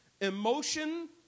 emotion